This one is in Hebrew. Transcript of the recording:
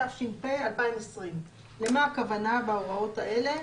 התש"ף 2020. למה הכוונה בהוראות האלה?